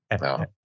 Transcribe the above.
No